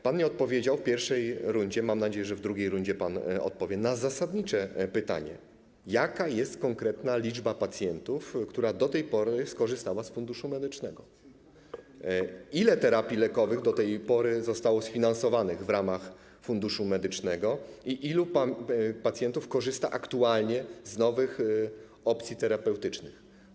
Pan nie odpowiedział w pierwszej rundzie - mam nadzieję, że w drugiej rundzie pan odpowie - na zasadnicze pytanie: Jaka jest konkretna liczba pacjentów, którzy do tej pory skorzystali z Funduszu Medycznego, ile terapii lekowych do tej pory zostało sfinansowanych w ramach Funduszu Medycznego i ilu pacjentów korzysta aktualnie z nowych opcji terapeutycznych?